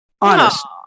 Honest